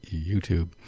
YouTube